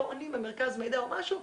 לא עונים במרכז המידע או משהו,